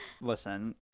listen